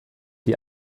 die